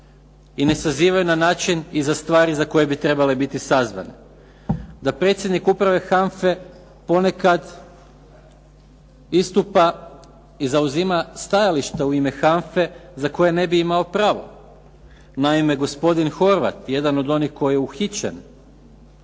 i ne sazivaju na način i za stvari za koje bi trebale biti sazvane, da predsjednik Uprave HANFA-e ponekad istupa i zauzima stajališta u ime HANFA-e za koja ne bi imao pravo. Naime, gospodin Horvat jedan od onih koji je uhićen